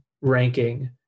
ranking